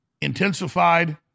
Intensified